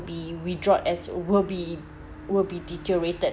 be withdrawn as it will be will be deteriorated